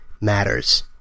matters